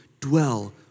dwell